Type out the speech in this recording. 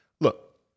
look